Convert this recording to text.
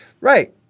Right